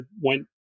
went